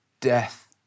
death